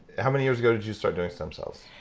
how many years ago did you start doing stem cells?